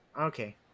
okay